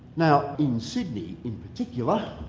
now, in sydney in particular,